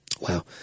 Wow